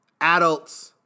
adults